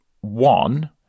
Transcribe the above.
One